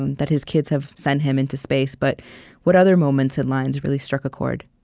um that his kids have sent him into space. but what other moments and lines really struck a chord?